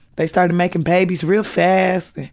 they started making babies real fast.